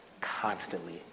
constantly